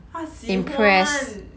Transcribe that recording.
她喜欢